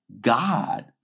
God